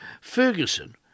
Ferguson